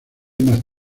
más